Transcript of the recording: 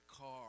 car